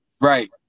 right